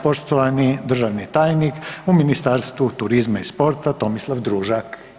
Poštovani državni tajnik u Ministarstvu turizma i sporta, Tomislav Družak.